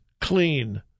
clean